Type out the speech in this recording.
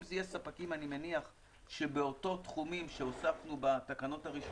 אם אלה יהיו ספקים שבאותם תחומים שהוספנו בתקנות הראשונות,